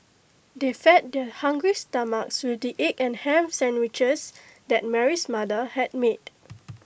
they fed their hungry stomachs with the egg and Ham Sandwiches that Mary's mother had made